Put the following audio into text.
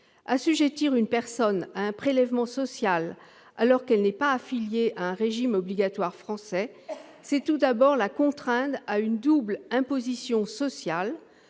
Assujettir une personne à un prélèvement social alors qu'elle n'est pas affiliée à un régime obligatoire français, c'est tout d'abord la contraindre à subir une double imposition sociale,